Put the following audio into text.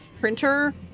printer